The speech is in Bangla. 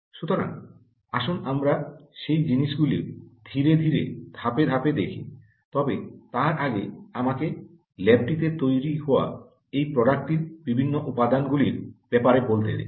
সুতরাং আসুন আমরা সেই জিনিস গুলো ধীরে ধীরে ধাপে ধাপে দেখি তবে তার আগে আমাকে ল্যাবটিতে তৈরি হওয়া এই প্রোডাক্ট টির বিভিন্ন উপাদানগুলির ব্যাপারে বলতে দিন